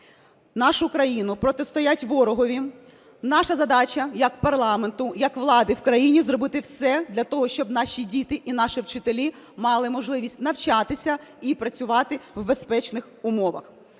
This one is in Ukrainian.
нашу країну, протистоять ворогові, наша задача як парламенту, як влади в країні зробити все для того, щоб наші діти і наші вчителі мали можливість навчатися і працювати в безпечних умовах.